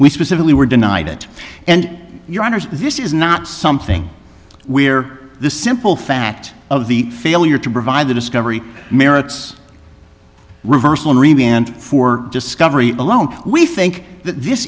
we specifically were denied it and your honors this is not something where the simple fact of the failure to provide the discovery merits reversal really and for discovery alone we think that this